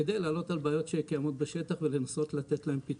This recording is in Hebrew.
על מנת להעלות על בעיות שקיימות בשטח ולנסות לתת להן פתרון.